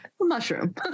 mushroom